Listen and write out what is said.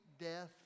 death